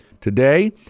Today